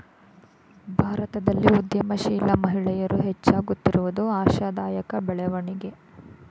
ಭಾರತದಲ್ಲಿ ಉದ್ಯಮಶೀಲ ಮಹಿಳೆಯರು ಹೆಚ್ಚಾಗುತ್ತಿರುವುದು ಆಶಾದಾಯಕ ಬೆಳವಣಿಗೆ